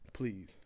Please